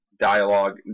dialogue